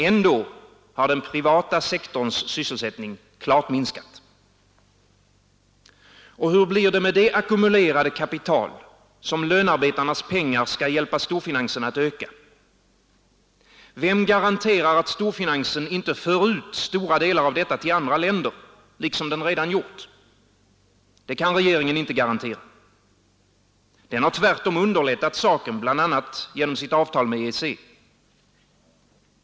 Ändå har den privata sektorns sysselsättning klart minskat. Och hur blir det med det ackumulerade kapital som lönarbetarnas pengar skall hjälpa storfinansen att öka? Vem garanterar att storfinansen inte för ut stora delar av detta till andra länder, liksom den redan gjort? Det kan regeringen inte garantera. Den har tvärtom underlättat saken, bl.a. genom sitt avtal med EEC.